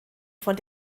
von